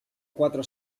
quatre